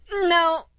No